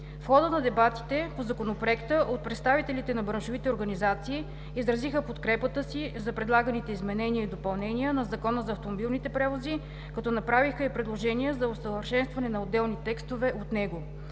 В хода на дебатите по Законопроекта от представителите на браншовите организации изразиха подкрепата си за предлаганите изменения и допълнения на Закона за автомобилните превози, като направиха и предложения за усъвършенстване на отделни текстове от него.